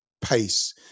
pace